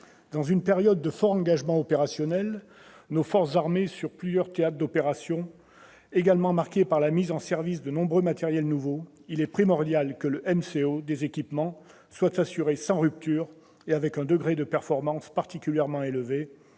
Dans une période de fort engagement opérationnel de nos forces armées sur plusieurs théâtres d'opérations, également marquée par la mise en service de nombreux matériels nouveaux, il est primordial que le MCO des équipements soit assuré sans rupture et avec un degré de performance particulièrement élevé,